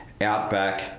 outback